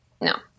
no